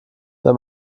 wenn